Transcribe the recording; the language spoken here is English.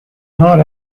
not